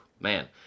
man